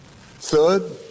Third